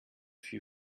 few